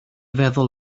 feddwl